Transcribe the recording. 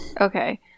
Okay